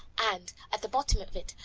and at the bottom of it,